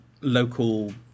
local